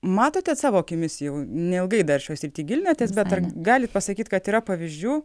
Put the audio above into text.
matote savo akimis jau neilgai dar šioj srityje gilinatės bet ar galit pasakyt kad yra pavyzdžių